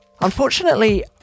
Unfortunately